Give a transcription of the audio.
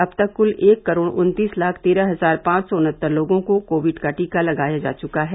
अब तक क्ल एक करोड़ उन्तीस लाख तेरह हजार पांच सौ उनहत्तर लोगों को कोविड का टीका लगाया जा चुका है